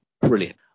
brilliant